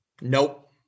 Nope